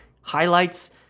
highlights